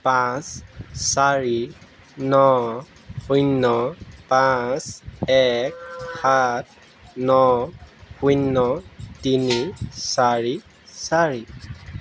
পাঁচ চাৰি ন শূন্য পাঁচ এক সাত ন শূন্য তিনি চাৰি চাৰি